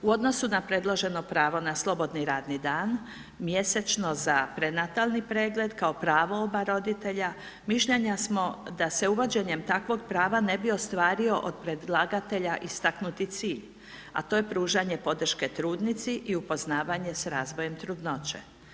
U odnosu na predloženo pravo na slobodni radni dan, mjesečno za prenatalni pregled kao pravo oba roditelja mišljenja smo da se uvođenjem takvog prava ne bi ostvario od predlagatelja istaknuti cilj a to je pružanje podrške trudnici i upoznavanje sa razvojem trudnoće.